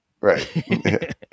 Right